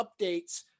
updates